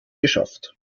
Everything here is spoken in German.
geschafft